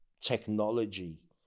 technology